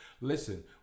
Listen